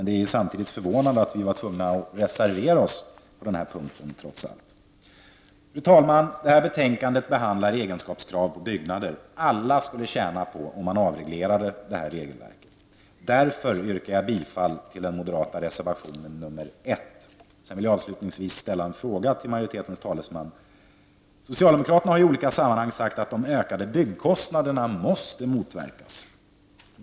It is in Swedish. Det är samtidigt förvånande att vi var tvungna att reservera oss på denna punkt trots allt. Fru talman! Det här betänkandet handlar om egenskapskrav på byggnader. Alla skulle tjäna på om man avreglerade regelverket. Därför yrkar jag bifall till den moderata reservationen 1. Avslutningsvis vill jag ställa en fråga till majoritetens talesman: Socialdemokraterna har i olika sammanhang sagt att de ökade byggkostnaderna måste motverkas.